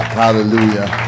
hallelujah